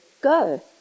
go